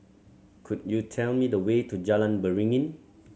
could you tell me the way to Jalan Beringin